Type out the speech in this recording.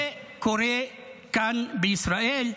זה קורה כאן בישראל,